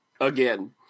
again